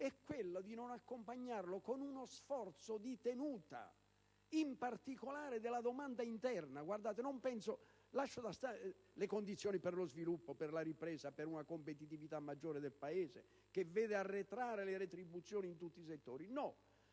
è quella di non accompagnare una simile politica con uno sforzo di tenuta, in particolare della domanda interna. Lascio stare le condizioni per lo sviluppo, per la ripresa, per una maggiore competitività del Paese, che vede arretrare le retribuzioni in tutti i settori: